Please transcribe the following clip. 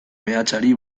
meatzari